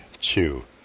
two